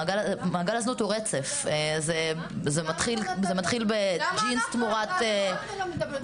אין לנו זמן לבזבז כאן.